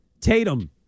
Tatum